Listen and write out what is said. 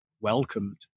welcomed